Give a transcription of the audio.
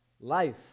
life